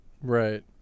Right